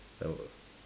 that works